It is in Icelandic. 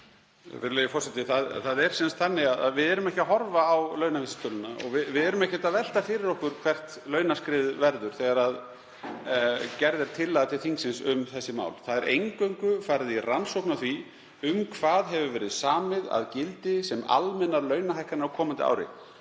forseti. Við erum ekki að horfa á launavísitöluna og við erum ekkert að velta fyrir okkur hvert launaskriðið verður þegar gerð er tillaga til þingsins um þessi mál. Eingöngu er farið í rannsókn á því um hvað hefur verið samið um að gildi sem almennar launahækkanir á komandi ári.